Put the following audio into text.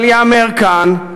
אבל ייאמר כאן,